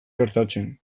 gertatzen